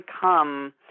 come